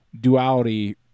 duality